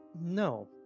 No